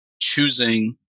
choosing